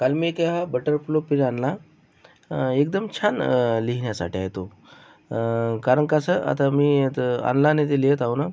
काल मी त्या बटरफ्लो पेन आणला एकदम छान लिहिण्यासाठी आहे तो कारण कसं आता मी तो आणला न तो लिहीत आहो ना